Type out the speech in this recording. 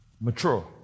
Mature